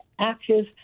active